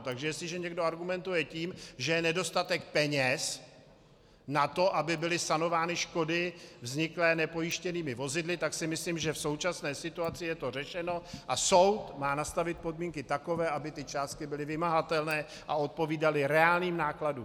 Takže jestliže někdo argumentuje tím, že je nedostatek peněz na to, aby byly sanovány škody vzniklé nepojištěnými vozidly, tak si myslím, že v současné situaci je to řešeno a soud má nastavit podmínky takové, aby ty částky byly vymahatelné a odpovídaly reálným nákladům.